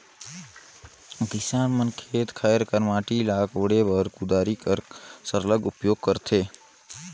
किसान मन खेत खाएर कर माटी ल कोड़े बर कुदारी कर सरलग उपियोग करथे